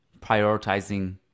prioritizing